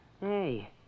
Hey